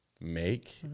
make